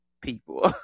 people